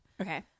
Okay